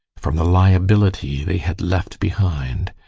from the liability they had left behind,